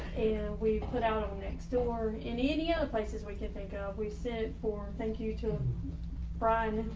and we put out on next door in any of the places we can think of we said for thank you to brian,